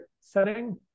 setting